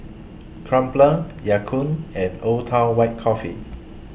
Crumpler Ya Kun and Old Town White Coffee